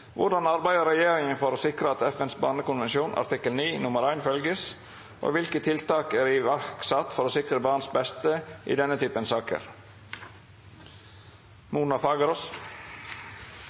Hvordan arbeider regjeringen for å sikre at FNs barnekonvensjon artikkel 9-1 følges? Og hvilke tiltak er iverksatt for å sikre barnas beste i denne typen saker? Som et utgangspunkt for sitt spørsmål viser representanten Fagerås